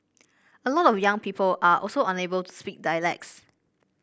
a lot of young people are also unable to speak dialects